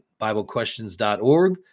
biblequestions.org